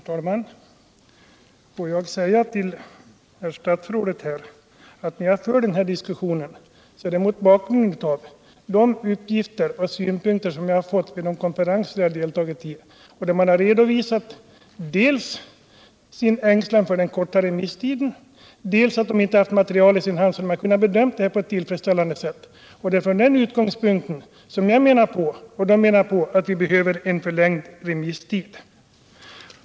Herr talman! Får jag säga till herr statsrådet att när jag för den här diskussionen gör jag det mot bakgrund av de uppgifter och synpunkter som jag har fått vid de konferenser jag har deltagit i, där man dels har redovisat sin ängslan för den korta remisstiden, dels anfört att man inte haft materialet i sin hand för att kunna bedöma det på eu tillfredsställande sätt. Det är från den utgångspunkten jag och de människorna menar att vi behöver en förlängd remisstid.